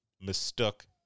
mistook